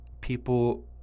People